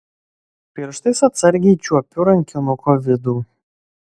pirštais atsargiai čiuopiu rankinuko vidų